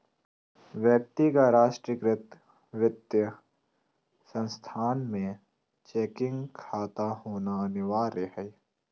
व्यक्ति का राष्ट्रीयकृत वित्तीय संस्थान में चेकिंग खाता होना अनिवार्य हइ